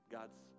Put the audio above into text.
God's